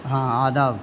ہاں آداب